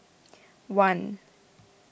one